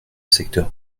secteurs